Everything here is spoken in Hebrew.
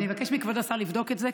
אני מבקשת שכבוד השר יבדוק את זה,